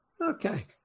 Okay